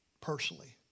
Personally